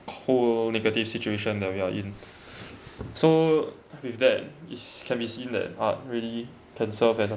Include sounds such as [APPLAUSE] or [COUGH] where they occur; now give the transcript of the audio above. whole negative situation that we are in [BREATH] so with that it can be seen that art really can serve as a